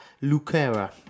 lucera